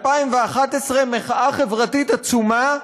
2011, מחאה חברתית עצומה,